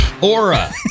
Aura